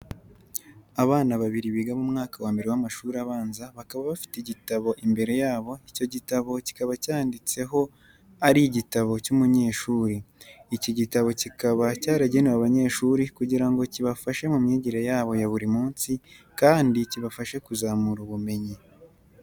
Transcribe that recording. Abana babiri biga mu mwaka wa mbere w'amashuri abanza, bakaba bafite igitabo imbere yabo, icyo gitabo kikaba cyanditseho ari igitabo cy'umunyeshuri. Iki gitabo kikaba cyaragenewe abanyeshuri kugira ngo kibafashe mu myigire yabo ya buri munsi kandi kibafashe kuzamura ubumenyi.